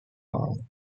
hall